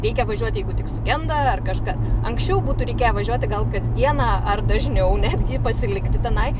reikia važiuoti jeigu tik sugenda ar kažkas anksčiau būtų reikėję važiuoti gal kasdieną ar dažniau netgi pasilikti tenai